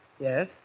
Yes